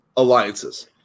Alliances